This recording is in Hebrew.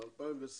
ב-2020